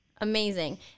Amazing